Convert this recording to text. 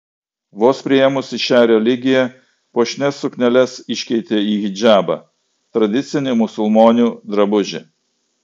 vos priėmusi šią religiją puošnias sukneles iškeitė į hidžabą tradicinį musulmonių drabužį